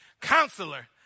Counselor